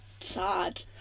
sad